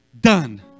done